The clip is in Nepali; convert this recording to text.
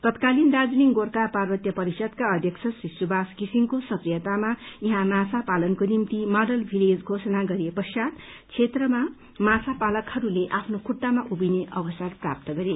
तत्कालिन दार्जीलिङ गोर्खा पार्वत्य परिषदका अध्यक्ष श्री सुवास षिसिङको सक्रियतामा यहाँ माछा पालनको निम्ति माडल विपेज घोषणा गरिएपश्चात् क्षेत्रका माछा पालकहस्ले आफ्नो खुट्टामा उभिने अवसर प्राप्त गरे